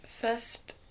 First